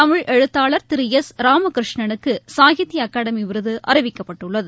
தமிழ் எழுத்தாளர் திரு எஸ் ராமகிருஷ்ணனுக்கு சாகித்ய அகடாமி விருது அறிவிக்கப்பட்டுள்ளது